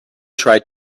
tried